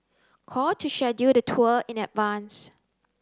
call to schedule the tour in advance